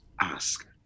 ask